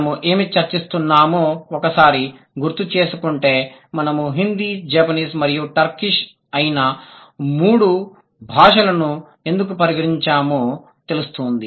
మనము ఏమి చర్చిస్తున్నామో ఒక్కసారి గుర్తుచేసుకుంటే మనము హిందీ జపనీస్ మరియు టర్కిష్ అయిన ఈ మూడు భాషలను ఎందుకు పరిగణించామో తెలుస్తుంది